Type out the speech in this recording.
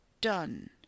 done